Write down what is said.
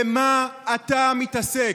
במה אתה מתעסק?